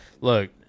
Look